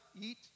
eat